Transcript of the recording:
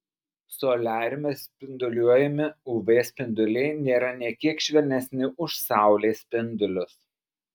soliariume spinduliuojami uv spinduliai nėra nė kiek švelnesni už saulės spindulius